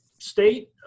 state